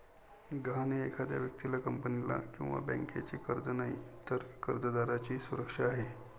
गहाण हे एखाद्या व्यक्तीला, कंपनीला किंवा बँकेचे कर्ज नाही, तर कर्जदाराची सुरक्षा आहे